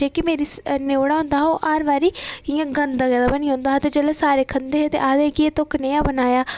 ते जेह्की मेरी न्योड़ा होंदा ओह् हर बारी इं'या गंदा गेदा बनी जंदा हा ते जेल्लै सारे खंदे हे ते आखदे हे एह् तोह् कनेहा बनाया